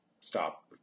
stop